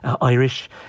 Irish